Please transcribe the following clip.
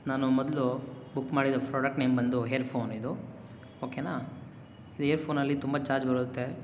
ನಾನು ಮೊದಲು ಬುಕ್ ಮಾಡಿದ ಫ್ರಾಡಕ್ಟ್ ನೇಮ್ ಬಂದು ಹೇರ್ಫೋನ್ ಇದು ಓಕೆನಾ ಇದು ಹೇರ್ಫೋನಲ್ಲಿ ತುಂಬ ಚಾರ್ಜ್ ಬರುತ್ತೆ